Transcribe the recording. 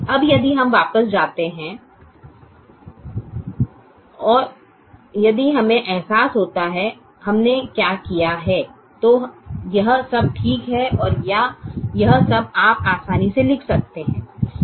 अब यदि हम वापस जाते हैं और यदि हमें एहसास होता है कि हमने क्या किया है तो यह सब ठीक है या यह सब आप आसानी से लिख सकते हैं